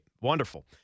Wonderful